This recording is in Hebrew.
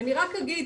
אני רק אגיד.